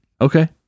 Okay